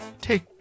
Take